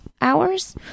hours